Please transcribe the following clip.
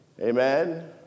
Amen